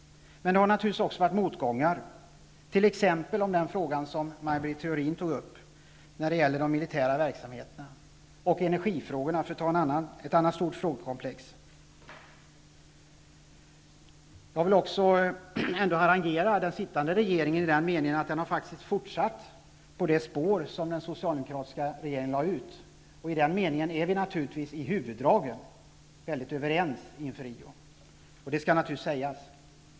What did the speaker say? Men det har naturligtvis också förekommit motgångar, t.ex. när det gäller den fråga Maj Britt Theorin tog upp, dvs. de militära verksamheterna, och när det gäller energifrågorna, för att ta ett annat stort frågekomplex. Jag vill ändå harangera den sittande regeringen i den meningen att den faktiskt har fortsatt på det spår som den socialdemokratiska regeringen lade ut. I den meningen är vi naturligtvis i huvuddragen väldigt överens inför Rio. Detta skall givetvis sägas.